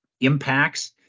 impacts